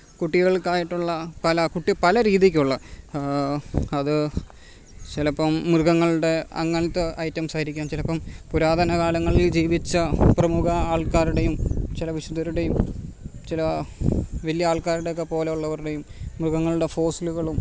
കുട്ടികൾക്കായിട്ടുള്ള പല കുട്ടി പല രീതിക്കുള്ള അത് ചിലപ്പം മൃഗങ്ങളുടെ അങ്ങനെത്തെ ഐറ്റംസ് ആയിരിക്കാം ചിലപ്പം പുരാതനകാലങ്ങളിൽ ജീവിച്ച പ്രമുഖ ആൾക്കാരുടെയും ചില വിശുദ്ധരുടെയും ചില വലിയ ആൾക്കാരുടെ ഒക്കെ പോലുള്ളവരുടെയും മൃഗങ്ങളുടെ ഫോസിലുകളും